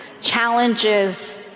challenges